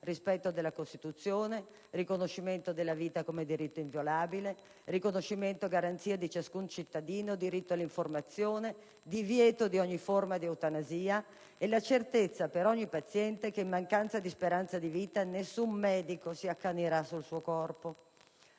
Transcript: rispetto della Costituzione; il riconoscimento della vita come diritto inviolabile; il riconoscimento e la garanzia della dignità di ciascun cittadino; il diritto all'informazione; il divieto di ogni forma di eutanasia e la certezza per ogni paziente che, in mancanza di speranza di vita, nessun medico si accanirà sul suo corpo.